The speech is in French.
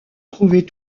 trouver